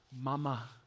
Mama